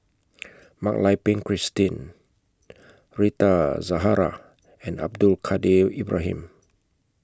Mak Lai Peng Christine Rita Zahara and Abdul Kadir Ibrahim